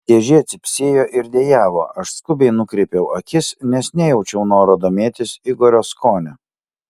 dėžė cypsėjo ir dejavo aš skubiai nukreipiau akis nes nejaučiau noro domėtis igorio skoniu